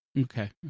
Okay